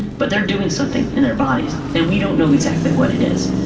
but they're doing something in their bodies and we don't know exactly what it is.